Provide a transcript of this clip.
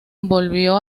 volvió